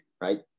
right